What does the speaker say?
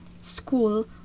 school